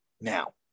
now